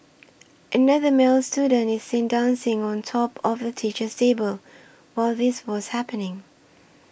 another male student is seen dancing on top of the teacher's table while this was happening